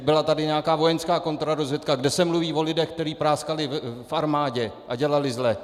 Byla tady nějaká vojenská kontrarozvědka, kde se mluví o lidech, kteří práskali v armádě a dělali zle.